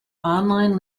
online